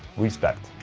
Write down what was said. respect.